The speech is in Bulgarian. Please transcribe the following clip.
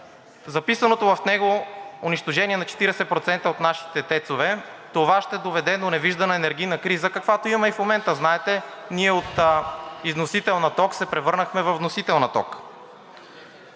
записаното в него унищожение на 40% от нашите ТЕЦ-ове, това ще доведе до невиждана енергийна криза, каквато имаме и в момента. Знаете, ние от износител на ток се превърнахме във вносител.